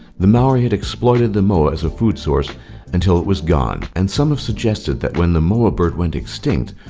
the maori had exploited the moa as a food source until it was gone, and some have suggested that when the moa bird went extinct,